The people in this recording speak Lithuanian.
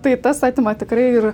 tai tas atima tikrai ir